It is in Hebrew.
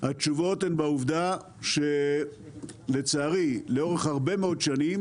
התשובות נעוצות בעובדה שלצערי לאורך הרבה מאוד שנים